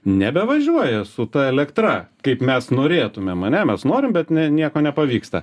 nebevažiuoja su ta elektra kaip mes norėtumėm ane mes norim bet ne nieko nepavyksta